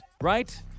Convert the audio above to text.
right